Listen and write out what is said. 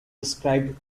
described